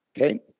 Okay